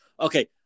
okay